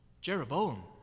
Jeroboam